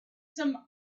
some